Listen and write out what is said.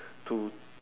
to